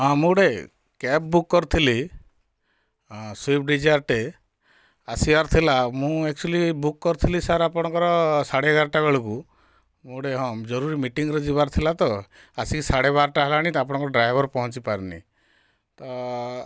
ହଁ ମୁଁ ଗୋଟେ କ୍ୟାବ ବୁକ କରିଥିଲି ସ୍ୱିଫ୍ଟ ଡିଜାୟାରଟିଏ ଆସିବାର ଥିଲା ମୁଁ ଏକ୍ଚୁୟାଲି ବୁକ କରିଥିଲି ସାର ଆପଣଙ୍କର ସାଢ଼େ ଏଗାରଟା ବେଳକୁ ମୁଁ ଗୋଟେ ହଁ ଜରୁରୀ ମିଟିଂରେ ଯିବାର ଥିଲା ତ ଆସିକି ସାଢ଼େ ବାରଟା ହେଲାଣି ତ ଆପଣଙ୍କର ଡ୍ରାଇଭର ପହଞ୍ଚିପାରିନି ତ